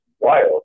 wild